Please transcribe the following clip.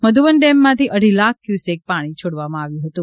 મધુબન ડેમમાંથી અઢી લાખ ક્યુસેક પાણી છોડવામાં આવ્યું હતું